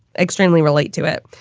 extremely relate to it,